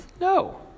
No